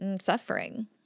suffering